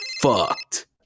fucked